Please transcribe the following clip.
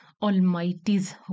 Almighty's